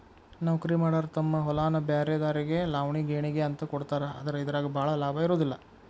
ನೌಕರಿಮಾಡಾರ ತಮ್ಮ ಹೊಲಾನ ಬ್ರ್ಯಾರೆದಾರಿಗೆ ಲಾವಣಿ ಗೇಣಿಗೆ ಅಂತ ಕೊಡ್ತಾರ ಆದ್ರ ಇದರಾಗ ಭಾಳ ಲಾಭಾ ಇರುದಿಲ್ಲಾ